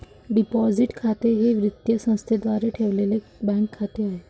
deposit खाते हे वित्तीय संस्थेद्वारे ठेवलेले बँक खाते असते